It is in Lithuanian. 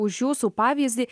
už jūsų pavyzdį